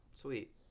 sweet